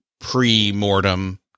pre-mortem